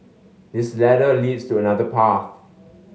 this ladder leads to another path